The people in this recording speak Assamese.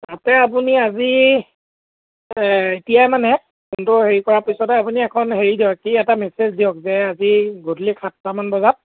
তাতে আপুনি আজি এই এতিয়াই মানে ফোনটো হেৰি কৰাৰ পিছতে আপুনি এখন হেৰি দিয়ক কি এটা মেছেজ দিয়ক যে আজি গধূলি সাতটামান বজাত